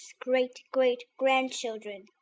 great-great-grandchildren